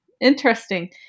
Interesting